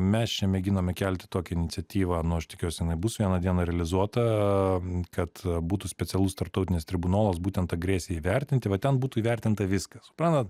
mes čia mėginame kelti tokią iniciatyvą nu aš tikiuosi jinai bus vieną dieną realizuota kad būtų specialus tarptautinis tribunolas būtent agresijai įvertinti va ten būtų įvertinta viskas suprantat